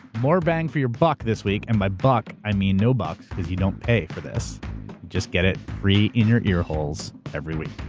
more bang for your buck this week, and by buck i mean no bucks, cause you don't pay for this. you just get it free in your ear holes every week.